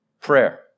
prayer